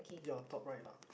you are top right lah